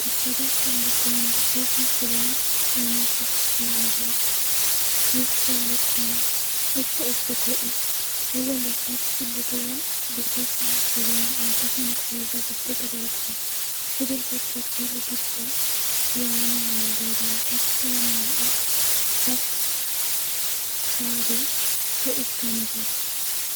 الشبح الي كان بيخاف من الظلام كان شخص ممبوذ-وسط عليتهم-وسط اصدقائه-هو الوحيد الي طلع بيخاف من الظلام ودي كانت حاجه ضد طبيعتم-فضل فتره طويله جدا بيعاني من الموضع دا-لحد لما لقي صاحب ساعدو وقف جمبو